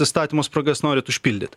įstatymo spragas norit užpildyt